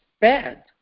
bad